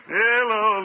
hello